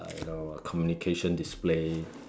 uh you know communication display